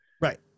Right